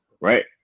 right